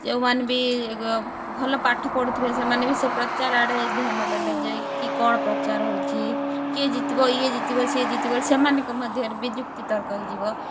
ଯୋଉମାନେ ବି ଭଲ ପାଠ ପଢ଼ୁଥିବେ ସେମାନେ ବି ସେ ପ୍ରଚାର ଆଡ଼େ ଧ୍ୟାନ ଦେବେ ଯେ କି କଣ ପ୍ରଚାର ହେଉଛି କିଏ ଜିତିବ ଇଏ ଜିତିବ ସିଏ ଜିତିବ ସେମାନଙ୍କ ମଧ୍ୟରେ ବି ଯୁକ୍ତି ତର୍କ ହୋଇଯିବ